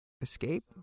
escape